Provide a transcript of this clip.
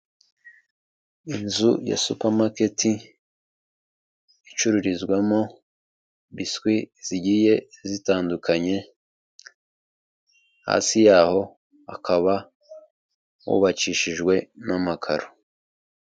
Inzu ya supamaketi icururizwamo biswi zigiye zitandukanye, hasi yaho hakaba hubakishijwe n'amakaro.